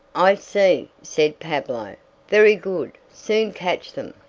i see, said pablo very good soon catch them.